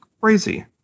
crazy